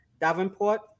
Davenport